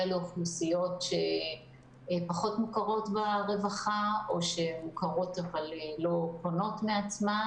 לאוכלוסיות שהן פחות מוכרות ברווחה או שמוכרות אבל לא פונות מעצמן,